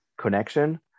connection